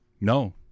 No